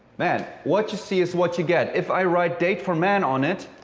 man, what you see is what you get. if i write date for man on it,